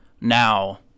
now